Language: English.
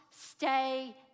stay